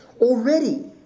Already